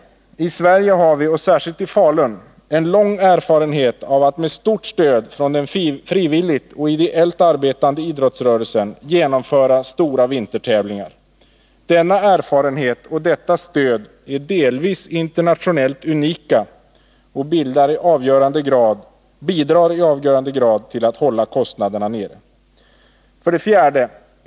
I Sverige har vi — och särskilt i Falun — en lång erfarenhet av att med stort stöd från den frivilligt och ideellt arbetande idrottsrörelsen genomföra stora vintertävlingar. Denna erfarenhet och detta stöd är delvis internationellt unika och bidrar i avgörande grad till att hålla kostnaderna nere.